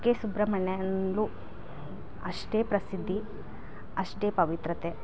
ಕುಕ್ಕೆ ಸುಬ್ರಹ್ಮಣ್ಯ ಅಂದರು ಅಷ್ಟೇ ಪ್ರಸಿದ್ಧಿ ಅಷ್ಟೇ ಪಾವಿತ್ರತೆ